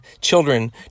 children